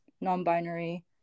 non-binary